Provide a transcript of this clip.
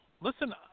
listen